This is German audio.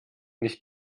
nicht